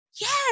yes